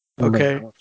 Okay